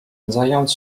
zając